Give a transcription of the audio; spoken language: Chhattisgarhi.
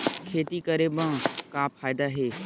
खेती करे म का फ़ायदा हे?